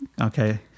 Okay